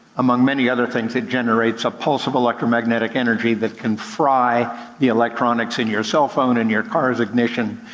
among many other things it generates a pulse of electromagnetic energy that can fry the electronics in your cellphone, in your car's ignition,